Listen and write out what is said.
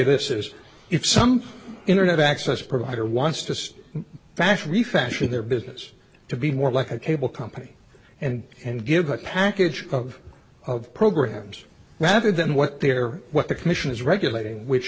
this is if some internet access provider wants just fashion refashion their business to be more like a cable company and and give a package of of programs rather than what they're what the commission is regulating which